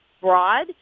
broad